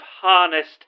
harnessed